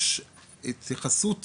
יש התייחסות